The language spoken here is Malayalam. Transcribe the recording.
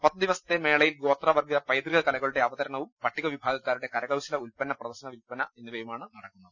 പത്തു ദിവസത്തെ മേളയിൽ ഗോത്ര വർഗ്ഗ പൈതൃക കലകളുടെ അവതരണവും പട്ടിക വിഭാ ഗക്കാരുടെ കരകൌശല ഉൽപ്പന്ന പ്രദർശന വിൽപന എന്നിവ യുമാണ് നടക്കുന്നത്